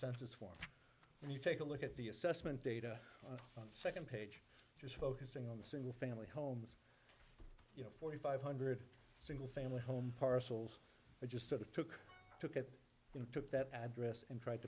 census form and you take a look at the assessment data on the second page just focusing on the single family homes you know forty five hundred single family home parcels but just sort of took in took that address and tried